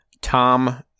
Tom